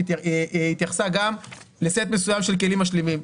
הוועדה התייחסה לזה לסט מסוים של כלים משלימים.